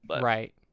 Right